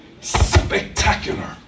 spectacular